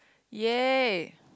ya